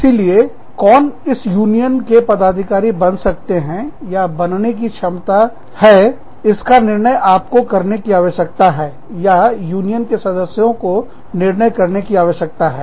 इसीलिए कौन इस यूनियन के पदाधिकारी बन सकते हैं या बनने की क्षमता है इसका निर्णय आपको करने की आवश्यकता है या यूनियन के सदस्यों को निर्णय करने की आवश्यकता है